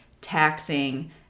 taxing